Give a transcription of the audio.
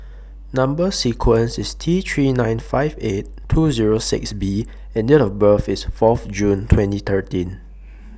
Number sequence IS T three nine five eight two Zero six B and Date of birth IS Fourth June twenty thirteen